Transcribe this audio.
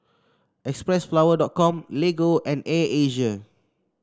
X Press flower dot com Lego and Air Asia